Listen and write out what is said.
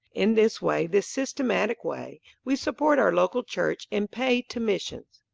in this way, this systematic way, we support our local church and pay to missions.